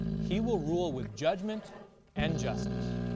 he will rule with judgment and justice.